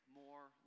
more